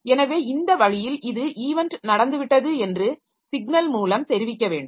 எனவே இந்த வழியில் இது ஈவென்ட் நடந்துவிட்டது என்று சிக்னல் மூலம் தெரிவிக்க வேண்டும்